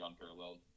unparalleled